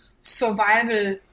survival